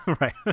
right